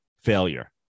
failure